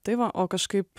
tai va o kažkaip